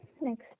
next